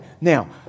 now